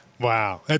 Wow